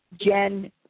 Jen